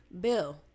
Bill